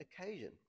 occasion